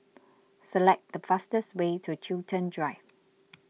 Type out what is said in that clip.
select the fastest way to Chiltern Drive